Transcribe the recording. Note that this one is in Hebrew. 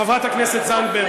חברת הכנסת זנדברג.